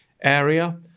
area